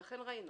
לכן ראינו